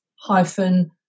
hyphen